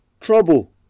trouble